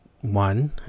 one